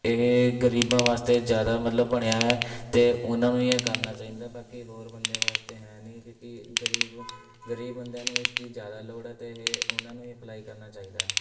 ਇਹ ਗ਼ਰੀਬਾਂ ਵਾਸਤੇ ਜ਼ਿਆਦਾ ਮਤਲਬ ਬਣਿਆ ਹੈ ਅਤੇ ਉਹਨਾਂ ਨੂੰ ਹੀ ਇਹ ਕਰਨਾ ਚਾਹੀਦਾ ਬਾਕੀ ਹੋਰ ਬੰਦਿਆਂ ਵਾਸਤੇ ਹੈ ਨਹੀਂ ਕਿਉਂਕਿ ਗ਼ਰੀਬ ਗ਼ਰੀਬ ਬੰਦਿਆਂ ਨੂੰ ਇਸਦੀ ਜ਼ਿਆਦਾ ਲੋੜ ਹੈ ਅਤੇ ਇਹ ਉਹਨਾਂ ਨੂੰ ਹੀ ਅਪਲਾਈ ਕਰਨਾ ਚਾਹੀਦਾ